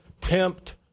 tempt